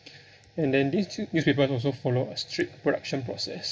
and then these two newspapers also follow a strict production process